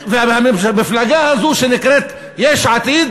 והמפלגה הזאת שנקראת יש עתיד